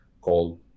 called